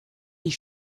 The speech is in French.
les